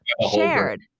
shared